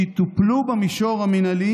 שיטופלו במישור המינהלי,